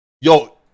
Yo